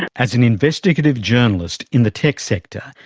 and as an investigative journalist in the tech sector,